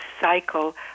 cycle